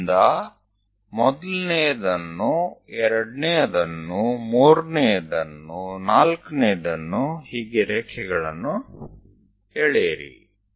ಅಲ್ಲಿಂದ ಮೊದಲನೆಯದನ್ನು ಎರಡನೆಯದನ್ನು ಮೂರನೆಯದನ್ನು ನಾಲ್ಕನೆಯದನ್ನು ಹೀಗೆ ರೇಖೆಗಳನ್ನು ಎಳೆಯಿರಿ